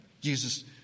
Jesus